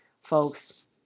Folks